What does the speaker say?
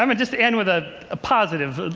um just end with a positive,